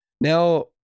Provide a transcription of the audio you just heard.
Now